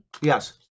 yes